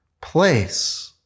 place